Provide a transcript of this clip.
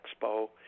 Expo